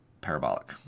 parabolic